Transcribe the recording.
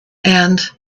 and